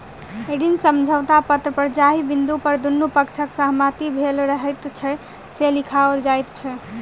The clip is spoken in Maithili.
ऋण समझौता पत्र पर जाहि बिन्दु पर दुनू पक्षक सहमति भेल रहैत छै, से लिखाओल जाइत छै